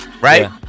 right